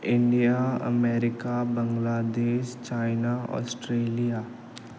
India America Bangladesh China Australia